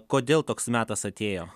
kodėl toks metas atėjo